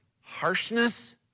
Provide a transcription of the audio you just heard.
harshness